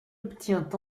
obtient